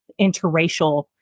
interracial